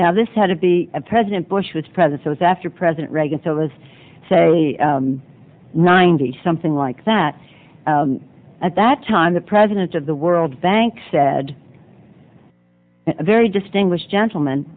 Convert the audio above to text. now this had to be a president bush was president was after president reagan so was saying ninety something like that at that time the president of the world bank said a very distinguished gentleman